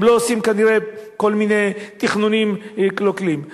הם לא עושים כנראה כל מיני תכנונים קלוקלים,